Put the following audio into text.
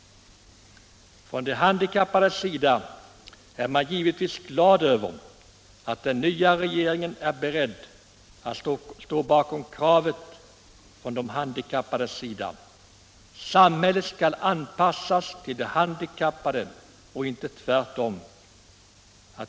Från de handikappades sida är man givetvis glad över att den nya regeringen är beredd att stå bakom kravet att samhället skall anpassas till de handikappade och inte tvärtom.